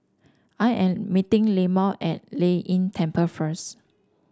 I am meeting Leamon at Lei Yin Temple first